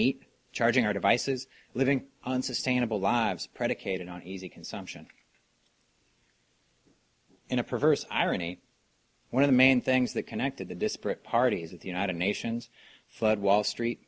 meat charging our devices living on sustainable lives predicated on easy consumption in a perverse irony one of the main things that connected the disparate parties of the united nations flood wall street